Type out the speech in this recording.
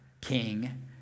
king